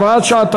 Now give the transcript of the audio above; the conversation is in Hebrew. הוראת שעה),